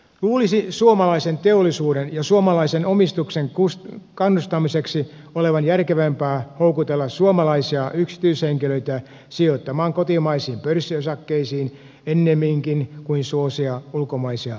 luulisi suomalaisen teollisuuden ja suomalaisen omistuksen kannustamiseksi olevan järkevämpää houkutella suomalaisia yksityishenkilöitä sijoittamaan kotimaisiin pörssiosakkeisiin ennemminkin kuin suosia ulkomaisia suursijoittajia